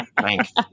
Thanks